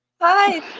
Hi